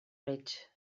reig